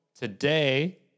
today